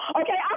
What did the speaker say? okay